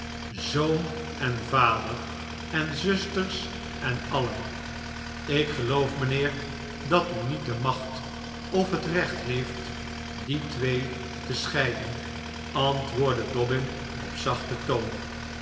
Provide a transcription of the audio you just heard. zoon en vader en zusters en alien ik geloof mijnheer dat u niet de macht of het recht heeft die twee te scheiden antwoordde dobbin op zachten toon